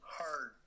hard